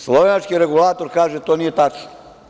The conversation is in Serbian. Slovenački regulator kaže – to nije tačno.